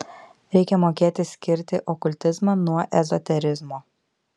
reikia mokėti skirti okultizmą nuo ezoterizmo